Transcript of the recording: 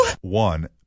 one